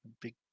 big